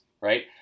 right